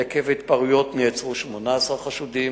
עקב ההתפרעויות נעצרו 18 חשודים,